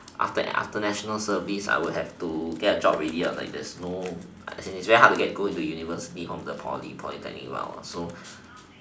after after national service I would have to get a job already lah there's no it's very hard to go university from the poly polytechnic what also